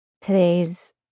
today's